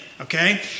okay